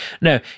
No